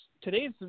today's